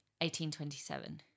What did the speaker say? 1827